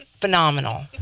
phenomenal